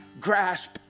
grasp